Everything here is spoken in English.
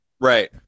Right